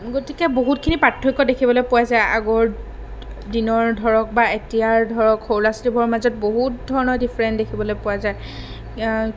গতিকে বহুতখিনি পাৰ্থক্য দেখিবলৈ পোৱা যায় আগৰ দিনৰ ধৰক বা এতিয়াৰ ধৰক সৰু ল'ৰা ছোৱালীবোৰৰ মাজত বহুত ধৰণৰ ডিফাৰেঞ্চ দেখিবলৈ পোৱা যায়